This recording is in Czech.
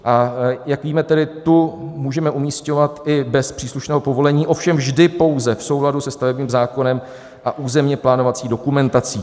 A jak víme, tu můžeme umisťovat i bez příslušného povolení, ovšem vždy pouze v souladu se stavebním zákonem a územně plánovací dokumentací.